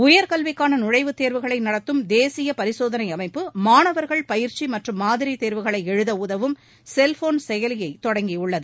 உயர்கல்விக்கான நுழைவுத் தேர்வுகளை நடத்தும் தேசிய பரிசோதனை அமைப்பு மாணவர்கள் பயிற்சி மற்றும் மாதிரி தேர்வுகளை எழுத உதவும் செல்ஃபோன் செயலியை தொடங்கியுள்ளது